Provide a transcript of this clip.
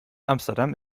amsterdam